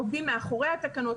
עובדים מאחורי התקנות,